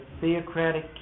theocratic